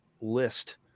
list